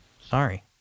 Sorry